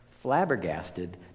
Flabbergasted